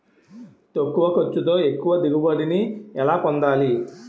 తక్కువ ఖర్చుతో ఎక్కువ దిగుబడి ని ఎలా పొందాలీ?